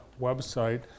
website